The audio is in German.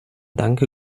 danke